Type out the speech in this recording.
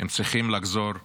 הם צריכים לחזור הביתה,